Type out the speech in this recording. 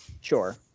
Sure